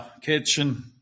kitchen